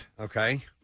Okay